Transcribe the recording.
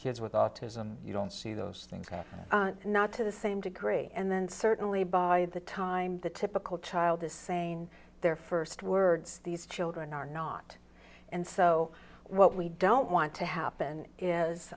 kids with autism you don't see those things not to the same degree and then certainly by the time the typical child is saying their first words these children are not and so what we don't want to happen is